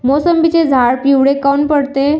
मोसंबीचे झाडं पिवळे काऊन पडते?